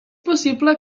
possible